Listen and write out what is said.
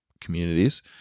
communities